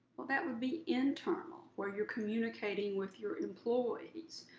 well, that would be internal where you're communicating with your employees.